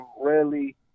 rarely